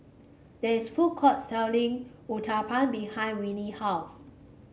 there is a food court selling Uthapam behind Winnie house